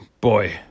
boy